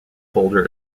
holder